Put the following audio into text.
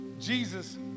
Jesus